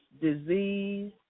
disease